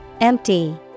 Empty